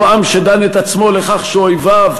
הוא עם שדן את עצמו לכך שאויביו,